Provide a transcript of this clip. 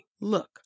Look